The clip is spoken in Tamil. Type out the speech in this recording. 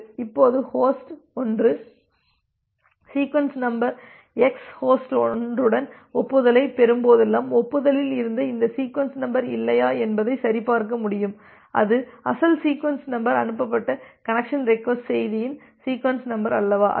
இப்போது host 1 sequence number X host 1 உடன் ஒப்புதலைப் பெறும்போதெல்லாம் ஒப்புதலில் இருந்த இந்த சீக்வென்ஸ் நம்பர் இல்லையா என்பதை சரிபார்க்க முடியும் அது அசல் சீக்வென்ஸ் நம்பர் அனுப்பப்பட்ட கனெக்சன் ரெக்வஸ்ட் செய்தியின் சீக்வென்ஸ் நம்பர் அல்லவா